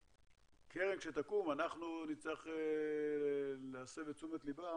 הקרן, כשתקום, אנחנו נצטרך להסב את תשומת ליבה